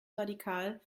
radikal